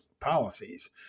policies